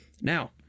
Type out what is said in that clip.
Now